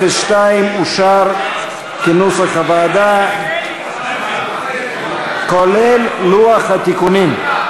סעיף 02 אושר כנוסח הוועדה, כולל לוח התיקונים.